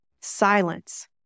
Silence